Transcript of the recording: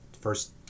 first